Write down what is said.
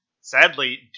Sadly